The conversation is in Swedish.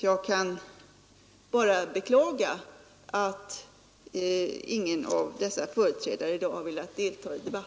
Jag kan bara beklaga att ingen av dessa företrädare i dag har